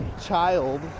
child